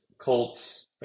Colts